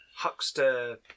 Huckster